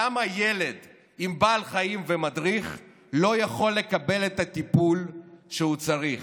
למה הילד עם בעל חיים ומדריך לא יכול לקבל את הטיפול שהוא צריך?